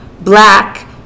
black